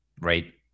right